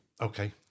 Okay